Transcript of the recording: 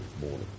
morning